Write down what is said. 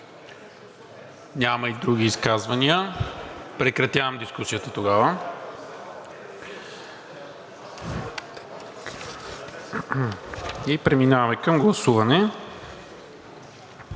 Няма и други изказвания. Прекратявам дискусията тогава и преминаваме към гласуване.